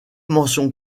mention